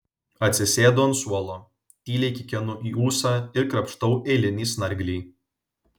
atsisėdu ant suolo tyliai kikenu į ūsą ir krapštau eilinį snarglį